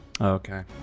Okay